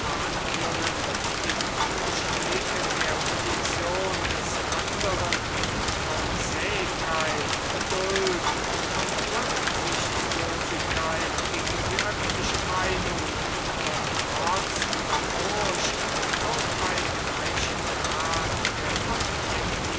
verhandlungen im durchblicken der position des anderen von zähigkeit geduld von rücksichtslosigkeit gegen die öffentliche meinung von trotz oder furcht auch bei gleichem grad der objektiven